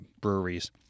breweries